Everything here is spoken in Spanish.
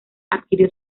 adquirió